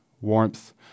warmth